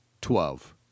Twelve